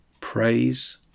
praise